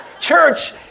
Church